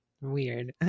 weird